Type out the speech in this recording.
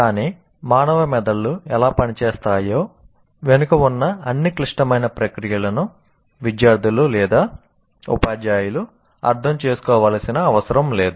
కానీ మానవ మెదళ్ళు ఎలా పనిచేస్తాయో వెనుక ఉన్న అన్ని క్లిష్టమైన ప్రక్రియలను విద్యార్థులు లేదా ఉపాధ్యాయులు అర్థం చేసుకోవలసిన అవసరం లేదు